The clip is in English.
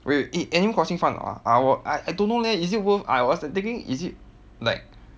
wait eh animal crossing fun or not ah I I don't know leh is it worth I was like thinking is it like